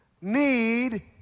need